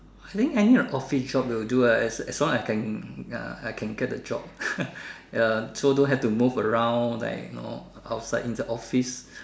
I think any of office job will do ah as as long I can uh I can get the job ya so don't have to move around like you know outside inside office